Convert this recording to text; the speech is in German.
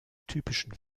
typischen